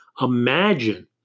imagine